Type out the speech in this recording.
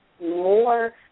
more